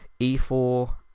E4